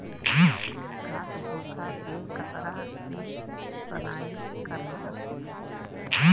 घास भूसा के कतरा के सनाई करला